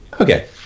Okay